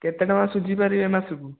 କେତେ ଟଙ୍କା ସୁଝି ପାରିବେ ମାସକୁ